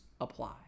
apply